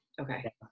Okay